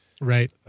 Right